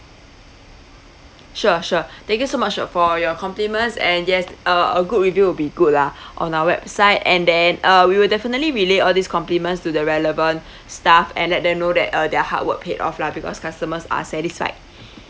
sure sure thank you so much for your compliments and yes uh a good review will be good lah on our website and then uh we will definitely relay all these compliments to the relevant staff and let them know that uh their hard work paid off lah because customers are satisfied